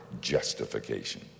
justification